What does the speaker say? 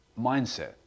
mindset